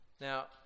Now